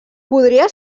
podria